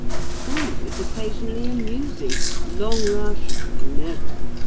a fool is occasionally amusing longrush never.